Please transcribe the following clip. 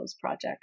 Project